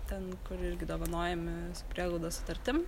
ten kur irgi dovanojami prieglaudos sutartim